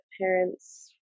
parents